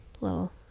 little